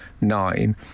nine